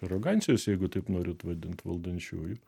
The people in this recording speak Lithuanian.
arogancijos jeigu taip norit vadint valdančiųjų